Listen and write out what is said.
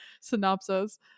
synopsis